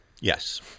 yes